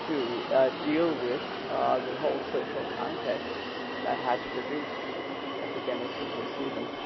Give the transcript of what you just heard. to deal with the whole social context that has produced epidemics as we see them.